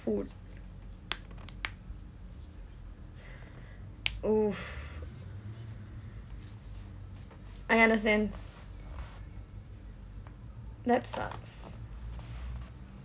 food !oof! I understand that sucks